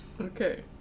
Okay